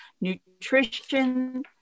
nutrition